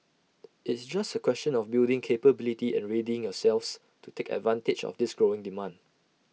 it's just A question of building capability and readying yourselves to take advantage of this growing demand